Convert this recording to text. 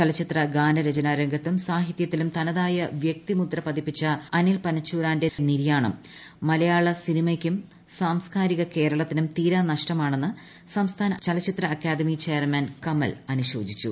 ചലച്ചിത്ര ഗാനരചനാ രംഗത്തും സാഹിത്യത്തിലും തനതായ വ്യക്തിമുദ്ര പതിപ്പിച്ച അനിൽ പനച്ചൂരാന്റെ നിര്യാണം മലയാള സിനിമയ്ക്കും സാംസ്കാരിക കേരളത്തിനും തീരാനഷ്ടമാണെന്ന് സംസ്ഥാന ചലച്ചിത്ര അക്കാദമി ചെയർമാൻ കമൽ അനുശോചിച്ചു